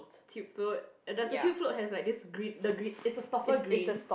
tube float does the tube float has like this green the green is the stopper green